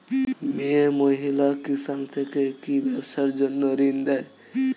মিয়ে মহিলা কিষান থেকে কি ব্যবসার জন্য ঋন দেয়?